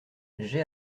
j’ai